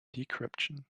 decryption